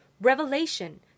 Revelation